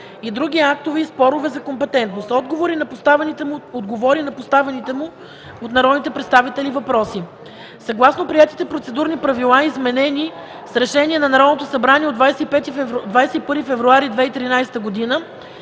и други актове и споровете за компетентност. Отговори на поставените му от народни представители въпроси. Съгласно приетите процедурни правила, изменени с решение на Народното събрание от 21 февруари 2013 г.,